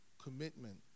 commitment